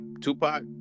Tupac